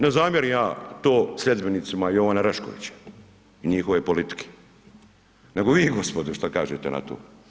Ne zamjeram ja to sljedbenicima Jovana Raškovića i njihove politike, nego vi gospodine, što kažete na to?